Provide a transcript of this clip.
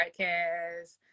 podcast